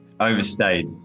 overstayed